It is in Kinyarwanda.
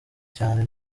cyane